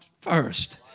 first